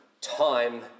time